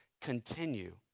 continue